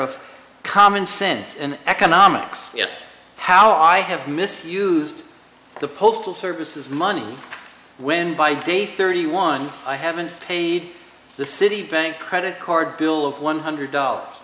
of common sense and economics yes how i have misused the postal service is money when by day thirty one i haven't paid the citibank credit card bill of one hundred dollars